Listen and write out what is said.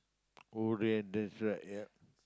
Oreo and that's right ya